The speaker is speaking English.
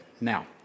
Now